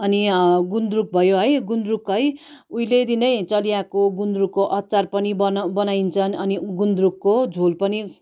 अनि गुन्द्रुक भयो है गुन्द्रुक है उहिलेदेखि नै चलिआएको गुन्द्रुकको अचार पनि बनाउ बनाइन्छन् अनि गुन्द्रुकको झोल पनि